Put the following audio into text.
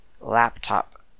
laptop